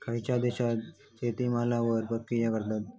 खयच्या देशात शेतमालावर प्रक्रिया करतत?